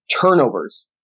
Turnovers